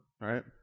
right